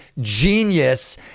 genius